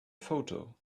photo